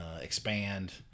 Expand